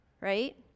right